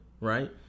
right